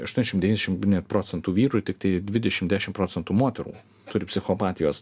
aštuoniasdešim devyniasdešim procentų vyrų ir tiktai dvidešim dešim procentų moterų turi psichopatijos